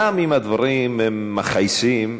גם אם הדברים הם מכעיסים,